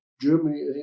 Germany